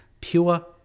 Pure